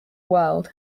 world